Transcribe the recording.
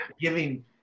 Giving-